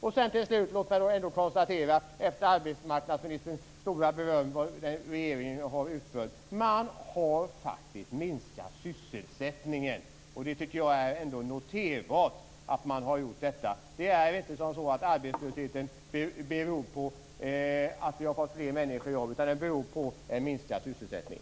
Arbetsmarknadsministern ägnade sig åt att berömma regeringen för det man utfört, men låt mig då konstatera att man faktiskt har minskat sysselsättningen. Det är ändå noterbart. Arbetslösheten beror på en minskad sysselsättning.